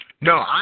No